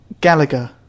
Gallagher